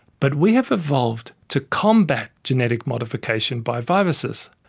but we have evolved to combat genetic modification by viruses.